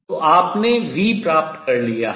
तो आपने v प्राप्त कर लिया है